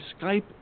Skype